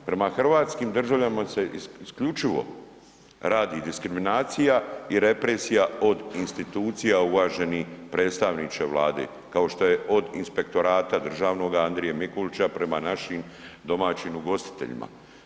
Prema hrvatskim državljanima se isključivo radi diskriminacija i represija od institucija, uvaženi predstavniče Vlade, kao što je od inspektorata državnoga Andrije Mikulića prema našim domaćim ugostiteljima.